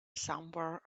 somewhere